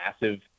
massive